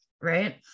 right